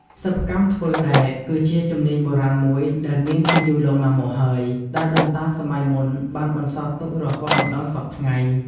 សិប្បកម្មធ្វើដែក គឺជាជំនាញបុរាណមួយដែលមានជាយូរលង់ណាស់មកហើយ ដែលដូនតាសម័យមុនបានបន្សល់ទុករហូតមកដល់សព្វថ្ងៃ។